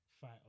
fight